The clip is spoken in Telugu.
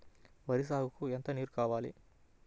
వరి సాగుకు ఎంత నీరు కావాలి?